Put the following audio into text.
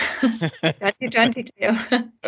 2022